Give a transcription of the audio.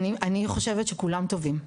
אני חושבת שכולם טובים,